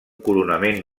coronament